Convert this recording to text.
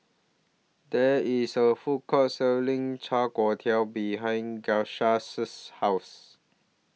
There IS A Food Court Selling Char Kway Teow behind Grisel's House